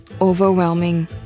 overwhelming